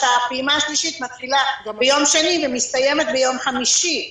שהפעימה השלישית מתחילה ביום שני ומסתיימת ביום חמישי.